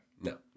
No